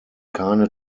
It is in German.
keine